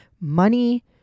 money